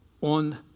on